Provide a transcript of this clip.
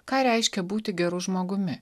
ką reiškia būti geru žmogumi